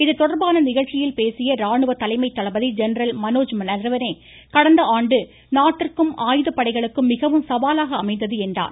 இது தொடர்பான நிகழ்ச்சியில் பேசிய இராணுவ தலைமைத் தளபதி ஜெனரல் மனோஜ் நரவனே கடந்த ஆண்டு நாட்டிற்கும் ஆயுதப்படைகளுக்கும் மிகவும் சவாலாக அமைந்தது என்றார்